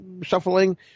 shuffling